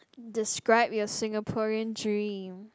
describe your Singaporean dream